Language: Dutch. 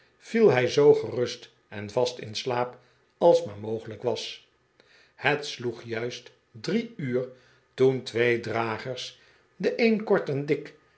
viel hij zoo gerust en vast in slaap als maar mogelijk was het sloeg juist drie uur toen twee dragers de een kort en dik